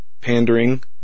pandering